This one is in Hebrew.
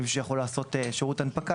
למי שיכול לעשות שירות הנפקה,